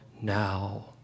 now